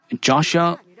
Joshua